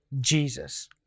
Jesus